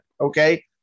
Okay